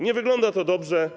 Nie wygląda to dobrze.